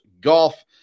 Golf